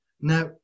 now